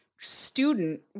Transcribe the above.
student